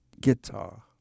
guitar